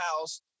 house